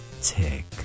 Tick